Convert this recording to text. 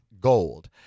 gold